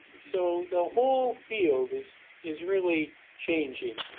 so, the whole field is is really changing.